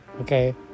Okay